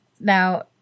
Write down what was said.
Now